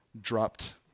dropped